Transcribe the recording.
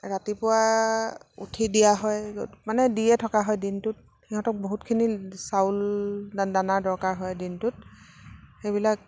ৰাতিপুৱা উঠি দিয়া হয় য'ত মানে দিয়ে থকা হয় দিনটোত সিহঁতক বহুতখিনি চাউল দানাৰ দৰকাৰ হয় দিনটোত সেইবিলাক